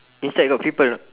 inside got people not